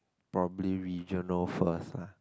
probably regional first uh